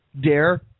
Dare